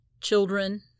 children